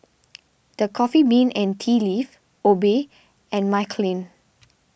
the Coffee Bean and Tea Leaf Obey and Michelin